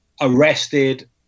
arrested